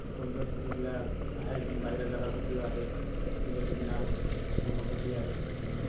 উৎপদ বিলৰ পক্ষীগিলা আহে একদম বাহিৰা জাগাৰ পক্ষীও আহে কিবাকিবি নাম নামৰ পক্ষীও আহে